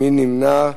מי נמנע?